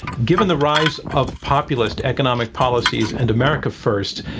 given the rise of populist economic policies and america first,